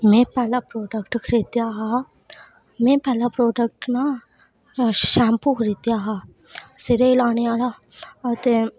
में पैह्ला प्राडक्ट खरीदेआ हा में पैह्ला प्राडक्ट न शैम्पू खरीदेआ हा सिरै ई लाने आह्ला अते